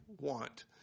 want